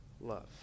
love